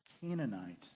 Canaanite